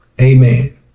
Amen